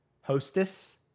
Hostess